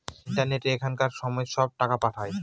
ইন্টারনেটে এখনকার সময় সব টাকা পাঠায়